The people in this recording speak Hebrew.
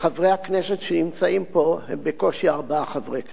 שחברי הכנסת שנמצאים פה הם בקושי ארבעה חברי כנסת.